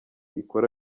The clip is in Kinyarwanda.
ikora